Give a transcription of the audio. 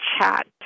chat